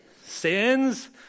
sins